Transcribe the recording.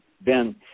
Ben